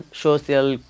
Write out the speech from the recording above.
social